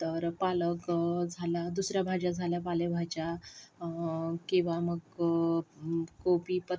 तर पालक झाला दुसऱ्या भाज्या झाल्या पालेभाज्या किंवा मग कोबी पत